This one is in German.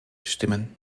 stimmen